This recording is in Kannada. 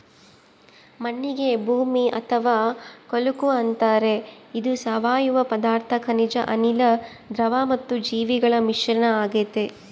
ಮಣ್ಣಿಗೆ ಭೂಮಿ ಅಥವಾ ಕೊಳಕು ಅಂತಾರೆ ಇದು ಸಾವಯವ ಪದಾರ್ಥ ಖನಿಜ ಅನಿಲ, ದ್ರವ ಮತ್ತು ಜೀವಿಗಳ ಮಿಶ್ರಣ ಆಗೆತೆ